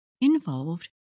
involved